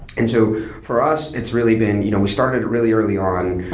and so for us, it's really been you know we started really early on,